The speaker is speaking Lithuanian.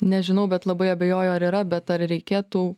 nežinau bet labai abejoju ar yra bet ar reikėtų